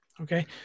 Okay